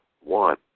one